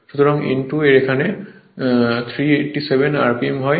সুতরাং n 2 এর এখানে 387 rpm হয়